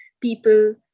people